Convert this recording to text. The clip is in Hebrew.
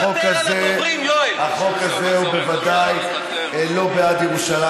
החוק הזה הוא בוודאי לא בעד ירושלים.